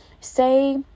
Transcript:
say